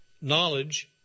knowledge